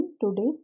today's